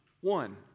One